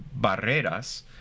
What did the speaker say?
Barreras